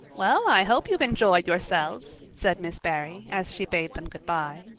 well, i hope you've enjoyed yourselves, said miss barry, as she bade them good-bye.